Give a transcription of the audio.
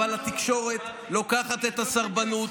אבל התקשורת לוקחת את הסרבנות,